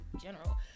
general